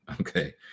Okay